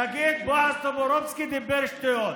נגיד שבועז טופורובסקי דיבר שטויות,